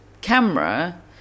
camera